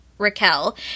Raquel